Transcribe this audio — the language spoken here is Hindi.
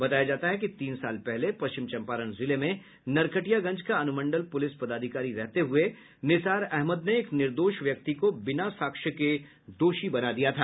बताया जाता है कि तीन साल पहले पश्चिम चम्पारण जिले में नरकटियागंज का अनुमंडल पुलिस पदाधिकारी रहते हये निसार अहमद ने एक निर्दोष व्यक्ति को बिना साक्ष्य के दोषी बना दिया था